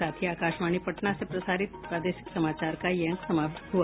इसके साथ ही आकाशवाणी पटना से प्रसारित प्रादेशिक समाचार का ये अंक समाप्त हुआ